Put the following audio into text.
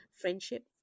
friendship